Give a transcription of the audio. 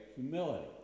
humility